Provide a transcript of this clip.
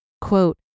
Quote